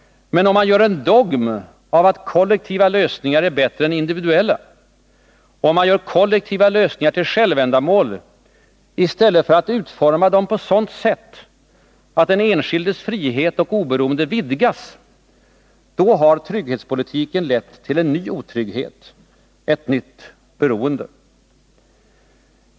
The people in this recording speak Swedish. Men om man gör en dogm av att kollektiva lösningar är bättre än individuella och gör kollektiva lösningar till ett självändamål i stället för att utforma dem på ett sådant sätt att den enskildes frihet och oberoende vidgas, då har trygghetspolitiken lett till en ny otrygghet, ett nytt beroende.